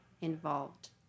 involved